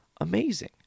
amazing